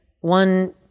one